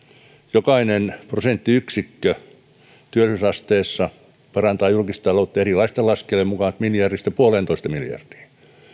jokainen prosenttiyksikkö työllisyysasteessa parantaa julkistaloutta erilaisten laskelmien mukaan miljardista puoleentoista miljardiin